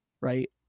right